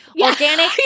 Organic